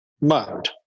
mode